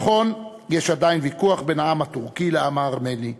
נכון, יש עדיין ויכוח בין העם הטורקי לעם הארמני,